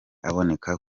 aboneka